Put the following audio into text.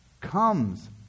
comes